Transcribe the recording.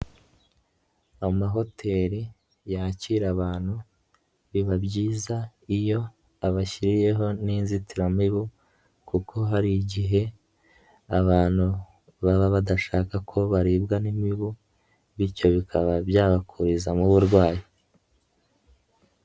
Amahoteli yakira abantu biba byiza iyo abashyiriyeho n'inzitiramibu kuko hari igihe abantu baba badashaka ko baribwa n'imibu bityo bikaba byabakurizamo uburwayi.